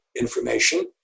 information